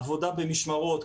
עבודה במשמרות,